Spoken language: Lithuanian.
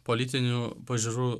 politinių pažiūrų